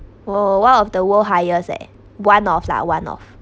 !woo! one of the world's highest eh one of lah one of